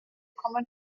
common